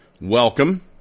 welcome